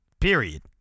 period